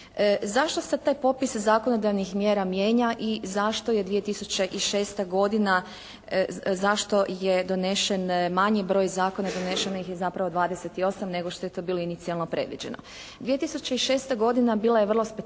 Zašto se taj popis zakonodavnih mjera mijenja? I zašto je 2006. godina, zašto je donesen manji broj zakona? Donešeno ih je zapravo 28, nego što je to bilo inicijalno predviđeno. 2006. godina bila je vrlo specifična